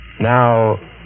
Now